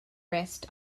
rest